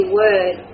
word